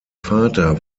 vater